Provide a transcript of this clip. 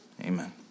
Amen